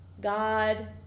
God